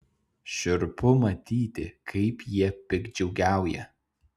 šiurpu matyti kaip jie piktdžiugiauja